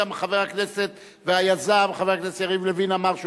חבר הכנסת והיזם חבר הכנסת יריב לוין אמר שהוא